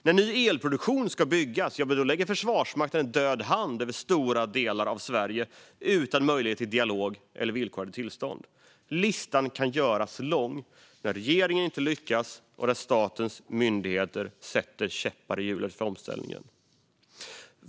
När ny elproduktion ska byggas lägger Försvarsmakten en död hand över stora delar av Sverige utan möjlighet till dialog eller villkorade tillstånd. Listan kan göras lång över exempel där regeringen inte lyckas och där statens myndigheter sätter käppar i hjulet för omställningen.